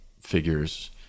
figures